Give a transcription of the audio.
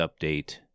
update